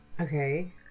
Okay